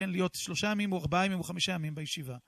כן, להיות שלושה ימים, או ארבע ימים, או חמישה ימים בישיבה.